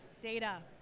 data